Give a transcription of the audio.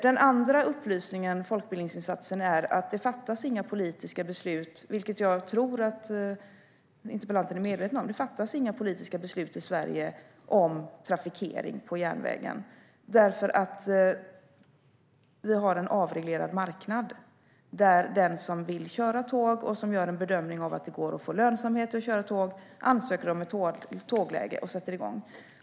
Den andra folkbildningsinsatsen är att det fattas inga politiska beslut, vilket jag tror att interpellanten är medveten om, i Sverige om trafikering på järnvägen. Det råder en avreglerad marknad där den som vill köra tåg och som gör en bedömning att det går att få lönsamhet i att köra tåg ansöker om ett tågläge och sätter igång.